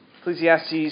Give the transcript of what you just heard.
Ecclesiastes